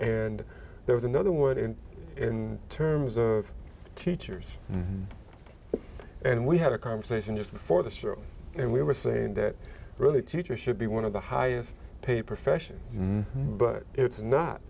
and there's another word in terms of teachers and we had a conversation just before the show and we were saying that really teachers should be one of the highest paid profession but it's not